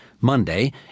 Monday